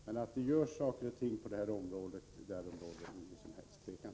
Men att det görs saker och ting på det här området, därom råder ingen som helst tvekan.